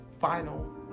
final